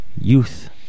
Youth